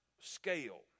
scale